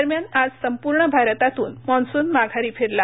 दरम्यान आज संपूर्ण भारतातून मॉन्सून माघारी फिरला